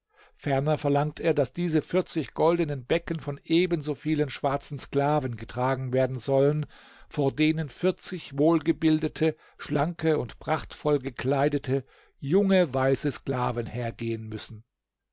ferner verlangt er daß diese vierzig goldenen becken von ebenso vielen schwarzen sklaven getragen werden sollen vor denen vierzig wohlgebildete schlanke und prachtvoll gekleidete junge weiße sklaven hergehen müssen